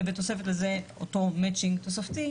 ובתוספת לזה אותו מאצ'ינג תוספתי,